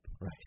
right